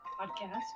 podcast